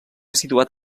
situat